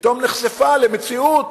שפתאום נחשפה למציאות